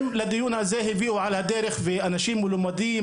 הם לדיון הזה הביאו על הדרך אנשים מלומדים,